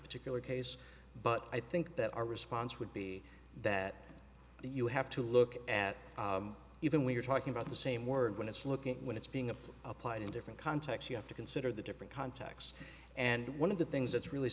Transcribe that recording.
particular case but i think that our response would be that you have to look at even when you're talking about the same word when it's looking when it's being applied applied in different contexts you have to consider the different contexts and one of the things that's really